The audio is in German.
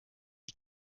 die